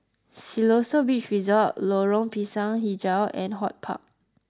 Siloso Beach Resort Lorong Pisang HiJau and HortPark